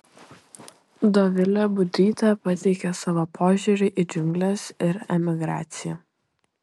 dovilė budrytė pateikia savo požiūrį į džiungles ir emigraciją